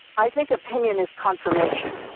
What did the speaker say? i think opinion is confirmation,